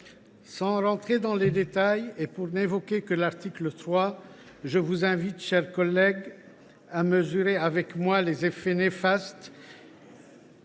Sans entrer dans les détails, et pour n’évoquer que l’article 3, je vous invite, mes chers collègues, à mesurer avec moi les effets néfastes